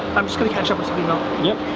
i'm just gonna catch up with you know yeah